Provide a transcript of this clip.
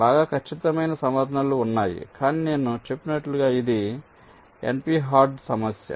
బాగా ఖచ్చితమైన సవరణలు ఉన్నాయి కానీ నేను చెప్పినట్లు ఇది NP హార్డ్ సమస్య